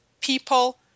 people